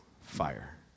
fire